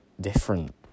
different